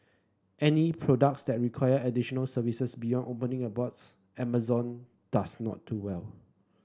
any products that require additional services beyond opening a box Amazon does not do well